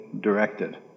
directed